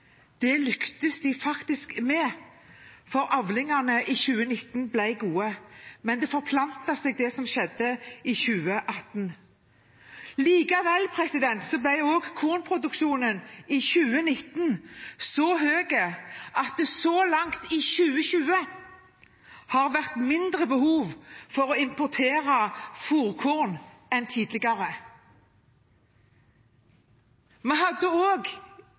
Det lyktes de faktisk med, for avlingene i 2019 ble gode, men det forplantet seg, det som skjedde i 2018. Likevel ble kornproduksjonen i 2019 så stor at det så langt i 2020 har vært mindre behov for å importere fôrkorn enn tidligere. Vi hadde